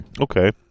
Okay